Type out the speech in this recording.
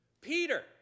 Peter